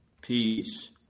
Peace